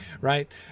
right